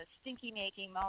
stinky-making